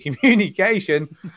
communication